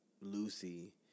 Lucy